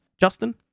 Justin